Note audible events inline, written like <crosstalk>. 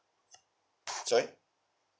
<noise> sorry